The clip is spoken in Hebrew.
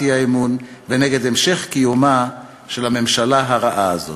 האי-אמון ונגד המשך קיומה של הממשלה הרעה הזאת.